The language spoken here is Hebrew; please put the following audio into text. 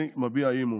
אני מביע אי-אמון.